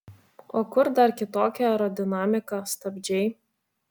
o kur dar kitokia aerodinamika stabdžiai